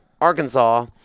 Arkansas